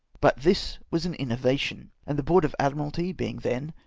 but this was an innovation, and the board of admi i'alty being then,